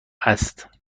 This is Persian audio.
است